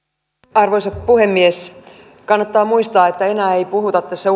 arvoisa puhemies kannattaa muistaa että enää ei puhuta tässä